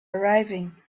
arriving